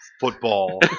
football